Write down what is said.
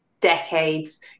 decades